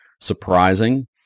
surprising